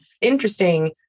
interesting